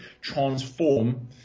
transform